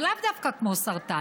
אבל לאו דווקא כמו סרטן,